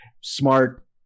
smart